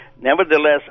nevertheless